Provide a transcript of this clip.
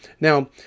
Now